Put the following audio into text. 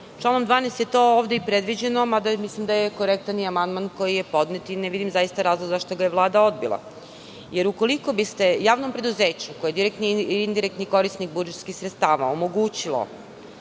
Članom 12. je to ovde i predviđeno, mada mislim da je korektan i amandman koji je podnet i zaista ne vidim razlog zašto ga je Vlada odbila, jer ukoliko bi se javnom preduzeću, koji je direktni i indirektni korisnik budžetskih sredstava, omogućilo